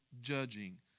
judging